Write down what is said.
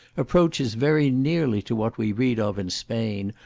approaches very nearly to what we read of in spain,